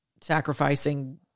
sacrificing